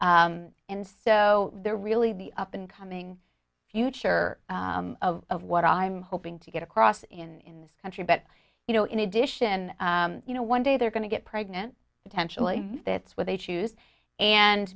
and so they're really the up and coming future of what i'm hoping to get across in in this country but you know in addition you know one day they're going to get pregnant potentially that's what they choose and